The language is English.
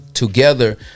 together